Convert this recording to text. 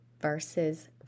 versus